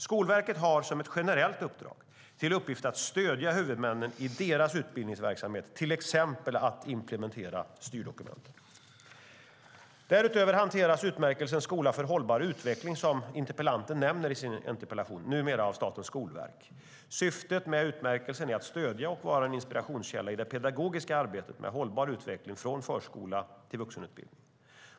Skolverket har, som ett generellt uppdrag, till uppgift att stödja huvudmännen i deras utbildningsverksamhet, till exempel att implementera styrdokumenten. Därutöver hanteras utmärkelsen Skola för hållbar utveckling, som interpellanten nämner i sin interpellation, numera av staten och Skolverket. Syftet med utmärkelsen är att stödja och vara en inspirationskälla i det pedagogiska arbetet med hållbar utveckling, från förskola till vuxenutbildning.